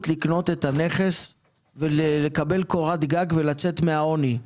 לקנות את הנכס ולקבל קורת גג ולצאת מהעוני,